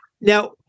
Now